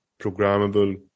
programmable